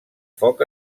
foc